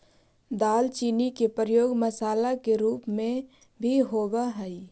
दालचीनी के प्रयोग मसाला के रूप में भी होब हई